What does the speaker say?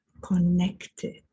connected